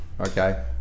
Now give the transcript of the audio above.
okay